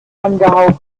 angehaucht